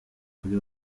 kuri